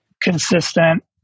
consistent